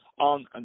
on